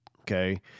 okay